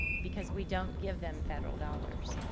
because we don't give them federal dollars.